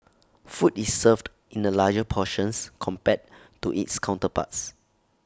food is served in the larger portions compared to its counterparts